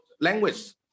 language